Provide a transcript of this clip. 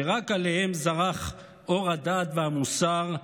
שרק עליהם זרח אור הדעת והמוסר.